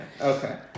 Okay